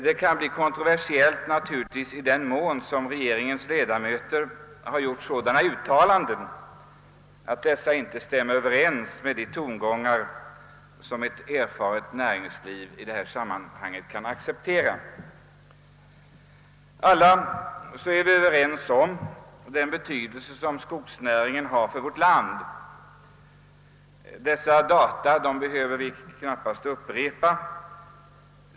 Det kan naturligtvis bli kontroversiellt i den mån regeringens ledamöter har gjort sådana uttalanden, att dessa inte stämmer överens med vad erfarna representanter för näringslivet i detta sammanhang kan acceptera. Alla är vi väl överens om den betydelse skogsnäringen har för vårt land. Siffror som belyser detta behöver jag knappast upprepa.